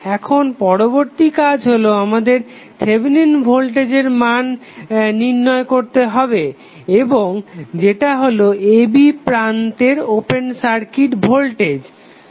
এখন পরবর্তী কাজ হলো আমাদের থেভেনিন ভোল্টেজের মান নির্ণয় করতে হবে এবং যেটা হলো a b প্রান্তের ওপেন সার্কিট ভোল্টেজ